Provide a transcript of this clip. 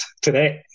today